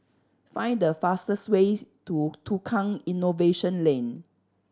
find the fastest ways to Tukang Innovation Lane